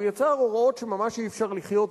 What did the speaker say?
הוא יצר הוראות שממש אי-אפשר לחיות אתן.